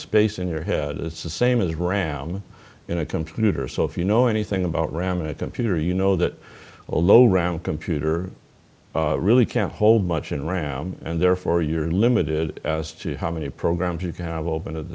space in your head it's the same as ram in a computer so if you know anything about ram a computer you know that a low ram computer really can't hold much in ram and therefore you're limited as to how many programs you can have open at